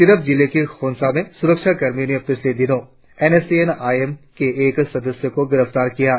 तिरप जिले के खोंसा से सुरक्षा कर्मियों ने पिछले दिनों N S C N I N के एक सदस्य को गिरफ्तार किया है